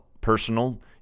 personal